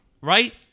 right